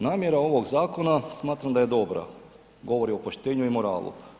Namjera ovog zakona smatram da je dobra, govori o poštenju i moralu.